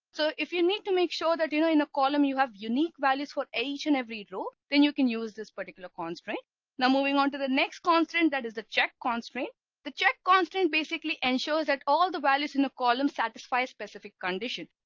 so if you need to make sure that you know in a column you have unique values for each and every row then you can use this particular constraint now moving on to the next constant. that is the check constraint the check constant basically ensures that all the values in the column satisfy specific condition.